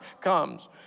comes